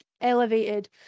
elevated